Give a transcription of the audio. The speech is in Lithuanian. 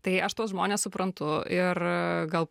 tai aš tuos žmones suprantu ir gal